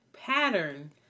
pattern